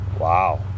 wow